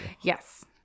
yes